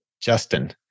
Justin